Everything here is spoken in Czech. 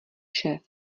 šéf